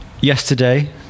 yesterday